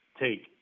take